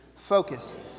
Focus